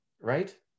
Right